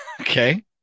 Okay